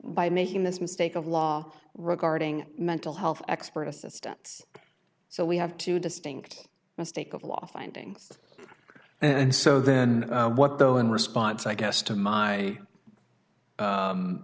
by making this mistake of law regarding mental health expert assistants so we have two distinct mistake of law findings and so then what though in response i guess to my